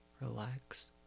relax